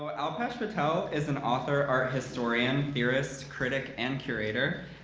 but alpesh patel is an author, art historian, theorist, critic, and curator.